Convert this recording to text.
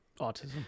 autism